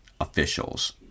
Officials